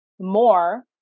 more